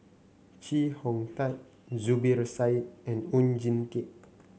Chee Hong Tat Zubir Said and Oon Jin Teik